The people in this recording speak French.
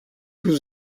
tout